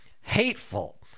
hateful